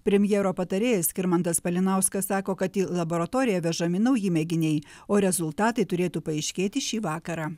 premjero patarėjas skirmantas malinauskas sako kad į laboratoriją vežami nauji mėginiai o rezultatai turėtų paaiškėti šį vakarą